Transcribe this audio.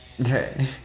Okay